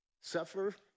suffer